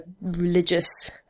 religious